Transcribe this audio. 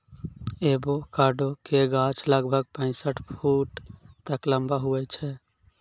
avocado के गाछ लगभग पैंसठ फुट तक लंबा हुवै छै